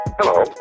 Hello